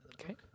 Okay